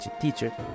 teacher